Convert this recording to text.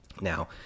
Now